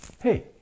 hey